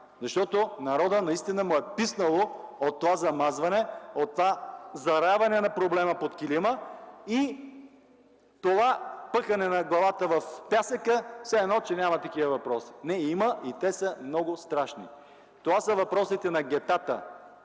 защото на народа наистина му е писнало от това замазване, от това заравяне на проблема под килима и това напъхване на главата в пясъка – все едно, че няма такива въпроси. Не, има и те са много страшни! Това са въпросите на гетата,